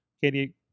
Katie